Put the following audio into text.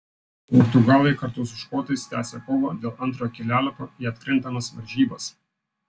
portugalai kartu su škotais tęsią kovą dėl antro kelialapio į atkrintamas varžybas